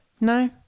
No